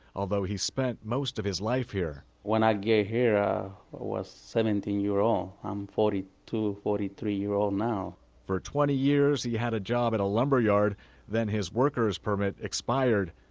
although he's spent most of his life here when i got here, i was seventeen years old. i'm forty two, forty three year old now for twenty years, he had a job at a lumber yard. then his worker's permit expired.